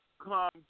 come